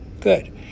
Good